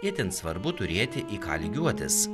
itin svarbu turėti į ką lygiuotis